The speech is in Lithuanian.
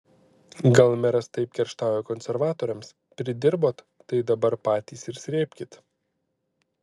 gal meras taip kerštauja konservatoriams pridirbot tai dabar patys ir srėbkit